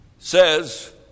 Says